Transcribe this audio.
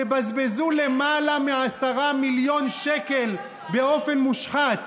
תבזבזו למעלה מ-10 מיליון שקל באופן מושחת.